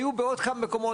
היו בעוד כמה מקומות,